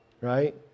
right